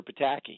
Pataki